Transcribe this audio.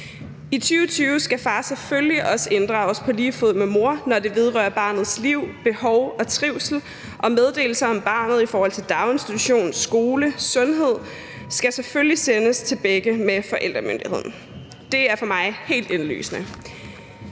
I 2020 skal far selvfølgelig også inddrages på lige fod med mor, når det vedrører barnets liv, behov og trivsel, og meddelelser om barnet i forhold til daginstitution, skole, sundhed skal selvfølgelig sendes til begge med forældremyndigheden. Det er for mig helt indlysende.